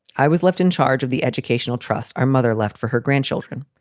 i was left in charge of the educational trust our mother left for her grandchildren.